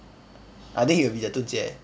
I think he will be the dun jie